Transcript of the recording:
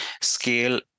scale